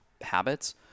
habits